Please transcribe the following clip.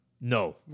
no